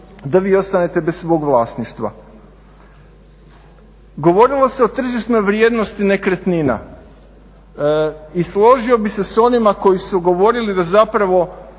da vi ostanete bez svog vlasništva. Govorilo se o tržišnoj vrijednosti nekretnina i složio bih se s onima koji su govorili da zapravo